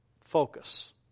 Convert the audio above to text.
focus